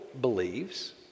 believes